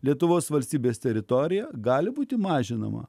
lietuvos valstybės teritoriją gali būti mažinama